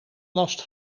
last